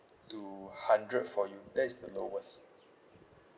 to hundred for you that is the lowest